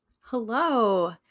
Hello